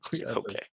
Okay